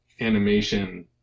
animation